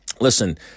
Listen